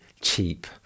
cheap